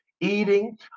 eating